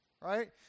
right